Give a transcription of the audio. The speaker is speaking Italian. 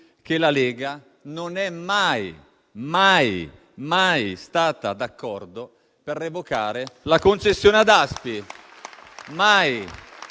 che la Lega non è mai e poi mai stata d'accordo a revocare la concessione ad ASPI.